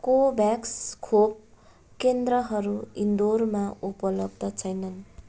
COVAX खोप केन्द्रहरू इन्दौरमा उपलब्ध छैनन्